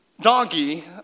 donkey